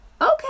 Okay